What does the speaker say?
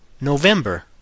November